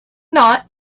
not